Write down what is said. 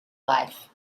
life